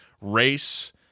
race